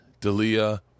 Dalia